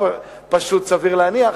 סביר להניח,